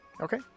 okay